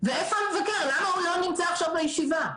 ואיפה המבקר, למה הוא לא נמצא עכשיו בישיבה?